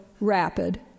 rapid